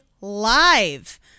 live